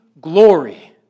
glory